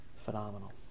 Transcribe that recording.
phenomenal